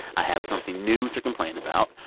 i have something new to complain about,